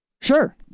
Sure